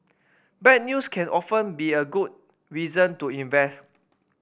bad news can often be a good reason to invest